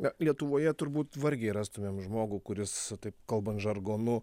na lietuvoje turbūt vargiai rastumėm žmogų kuris taip kalbant žargonu